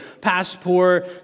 passport